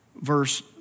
verse